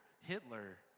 Hitler